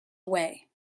away